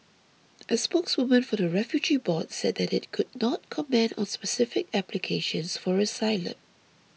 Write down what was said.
a spokeswoman for the refugee board said that it could not comment on specific applications for asylum